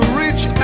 reach